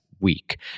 week